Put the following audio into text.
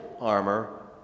armor